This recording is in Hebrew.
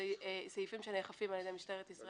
אלה סעיפים שנאכפים על ידי משטרת ישראל,